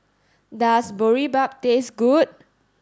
does Boribap taste good